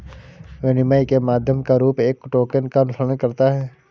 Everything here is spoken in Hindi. विनिमय के माध्यम का रूप एक टोकन का अनुसरण करता है